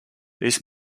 this